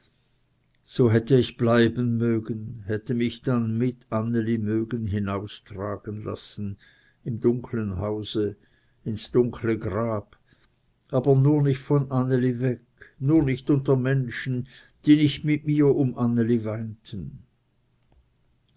so hätte ich bleiben mögen hätte mich dann mit anneli mögen hinaustragen lassen im dunkeln hause ins dunkle grab aber nur nicht von anneli weg nur nicht unter menschen die nicht mit mir um anneli